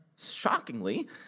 shockingly